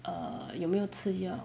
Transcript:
err 有没有吃药